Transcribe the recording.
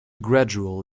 gradual